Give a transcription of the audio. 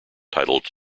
titled